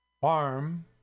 farm